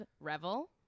revel